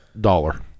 Dollar